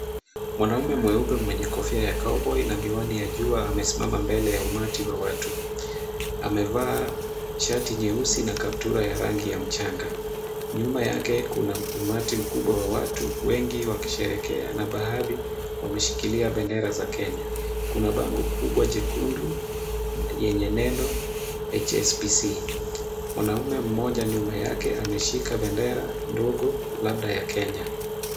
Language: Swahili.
Mwanaume mweupe mwenye kofia ya cowboy na miwani ya jua amesimama mbele ya mbele ya watu. Amevaa shati nyeusi na kaptura ya rangi ya mchanga. Nyuma yake kuna umati mkubwa wa watu wengi wakisherehekea na baadhi wameshikilia bendera za Kenya. Kuna bango kubwa jekundu yenye neno HSBC. Mwanaume mmoja nyuma yake ameshika bendera ndogo labda ya Kenya.